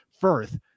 Firth